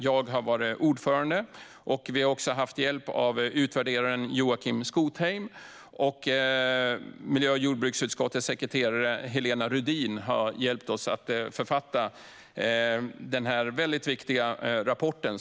Jag har varit ordförande. Vi har också haft hjälp av utvärderaren Joakim Skotheim, och miljö och jordbruksutskottets sekreterare Helena Rudin har hjälpt oss att författa den här väldigt viktiga rapporten.